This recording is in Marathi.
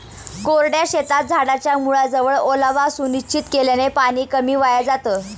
कोरड्या शेतात झाडाच्या मुळाजवळ ओलावा सुनिश्चित केल्याने पाणी कमी वाया जातं